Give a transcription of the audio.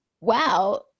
wow